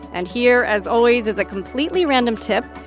and here, as always, is a completely random tip,